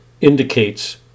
indicates